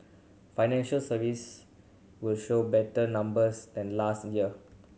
financial service will show better numbers than last year